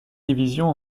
division